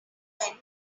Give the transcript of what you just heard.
vent